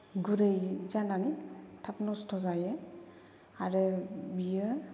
गुरै जानानै थाब नस्त' जायो आरो बियो